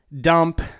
dump